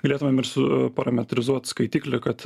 galėtumėm ir suparametrizuot skaitiklį kad